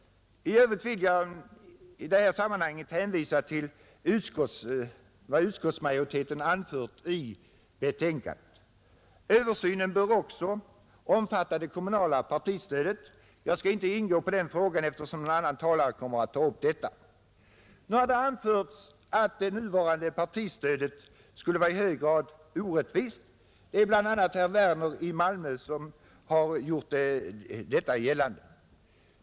I övrigt vill jag i detta sammanhang hänvisa till vad utskottet anfört i sitt betänkande. Översynen bör också omfatta det kommunala partistödet. Jag skall emellertid inte nu ingå på den frågan, eftersom en senare talare kommer att ta upp den saken. Det har anförts att det nuvarande partistödet skulle vara i hög grad orättvist. Detta har bl.a. herr Werner i Malmö gjort gällande.